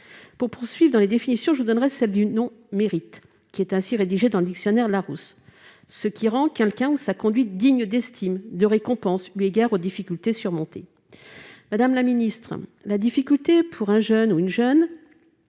Pour poursuivre dans les définitions, je vous donnerai, mes chers collègues, celle du terme « mérite », ainsi rédigée dans le dictionnaire Larousse :« ce qui rend quelqu'un (ou sa conduite) digne d'estime, de récompense, eu égard aux difficultés surmontées ». Madame la ministre, la difficulté pour un jeune ou une jeune